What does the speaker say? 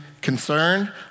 concern